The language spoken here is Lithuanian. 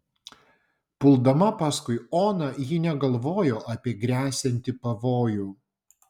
puldama paskui oną ji negalvojo apie gresiantį pavojų